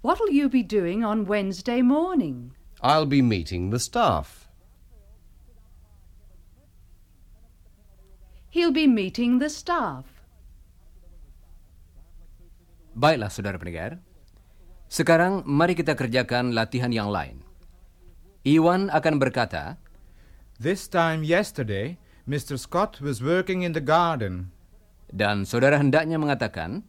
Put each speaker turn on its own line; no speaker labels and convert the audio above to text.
What'll you be doing on Wednesday morning?
I'll be meeting the staff.
He'll be meeting the staff.
Baiklah, saudara pendengar. Sekarang mari kita kerjakan latihan yang lain. Iwan akan berkata,
This time yesterday, Mr. Scott was working in the garden.
Dan saudara hendaknya mengatakan,